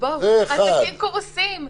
עסקים קורסים.